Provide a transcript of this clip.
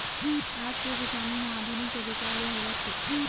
आज के किसानी ह आधुनिक तरीका ले होवत हे